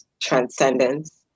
transcendence